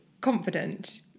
confident